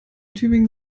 tübingen